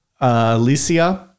Alicia